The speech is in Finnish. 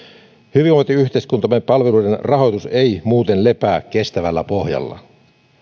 hyvinvointiyhteiskuntamme palveluiden rahoitus ei muuten lepää kestävällä pohjalla